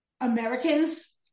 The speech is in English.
Americans